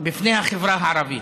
בפני החברה הערבית.